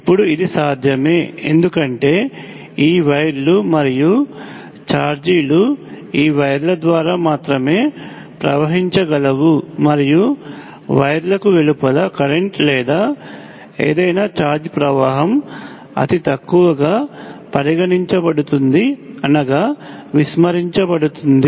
ఇప్పుడు ఇది సాధ్యమే ఎందుకంటే ఈ వైర్లు మరియు ఛార్జీలు ఈ వైర్ల ద్వారా మాత్రమే ప్రవహించగలవు మరియు వైర్లకు వెలుపల కరెంట్ లేదా ఏదైనా ఛార్జ్ ప్రవాహం అతితక్కువగా పరిగణించబడుతుంది అనగా విస్మరించబడుతుంది